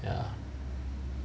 ya